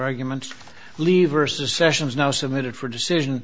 arguments leave vs sessions now submitted for decision